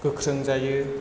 गोख्रों जायो